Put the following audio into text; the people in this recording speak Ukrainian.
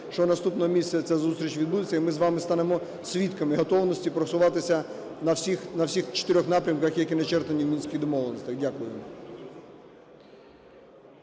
що наступного місяця ця зустріч відбудеться, і ми з вами станемо свідками готовності просуватися на всіх чотирьох напрямках, які начертані в Мінських домовленостях. Дякую.